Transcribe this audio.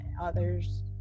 others